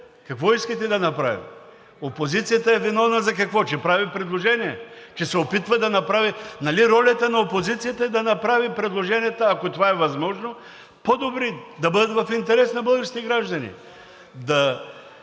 Какво искате да направим? Опозицията е виновна за какво – че прави предложения?! Че се опитва да направи… Нали ролята на опозицията е да направи предложенията, ако това е възможно, по-добри, да бъдат в интерес на българските граждани.